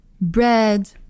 bread